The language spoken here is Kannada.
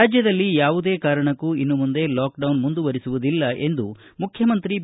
ರಾಜ್ಯದಲ್ಲಿ ಯಾವುದೇ ಕಾರಣಕ್ಕೂ ಲಾಕ್ಡೌನ್ ಮುಂದುವರಿಸುವುದಿಲ್ಲ ಎಂದು ಮುಖ್ಯಮಂತ್ರಿ ಬಿ